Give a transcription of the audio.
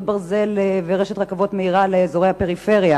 ברזל ורשת רכבות מהירה לאזורי הפריפריה